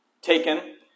taken